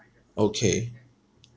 okay